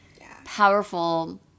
powerful